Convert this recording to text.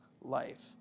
life